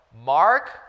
Mark